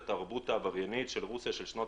את התרבות העבריינית של רוסיה של שנות